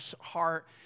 heart